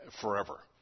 forever